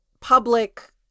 public